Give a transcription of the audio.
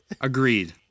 Agreed